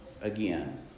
again